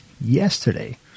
yesterday